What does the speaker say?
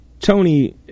Tony